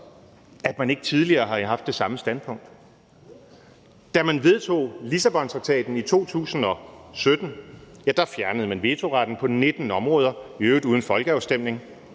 at man jo tidligere har haft det samme standpunkt. Da man vedtog Lissabontraktaten i 2017, fjernede man vetoretten på 19 områder, i øvrigt uden folkeafstemning.